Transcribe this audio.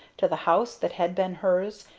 to the house that had been hers,